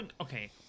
okay